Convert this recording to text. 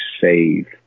save